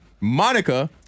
Monica